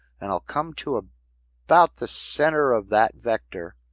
and i'll come to ah about the center of that vector.